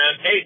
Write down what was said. Hey